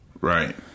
Right